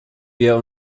wir